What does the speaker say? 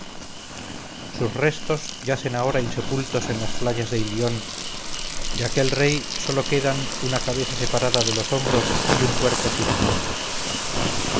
sus restos yacen ahora insepultos en las playas de ilión de aquel gran rey sólo quedan una cabeza separada de los hombros y un cuerpo sin nombre